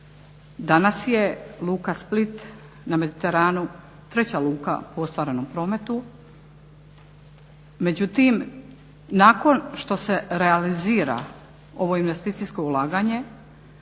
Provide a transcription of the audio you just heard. Danas je Luka Split na Mediteranu treća luka po ostvarenom prometu, međutim nakon što se realizira ovo investicijsko ulaganje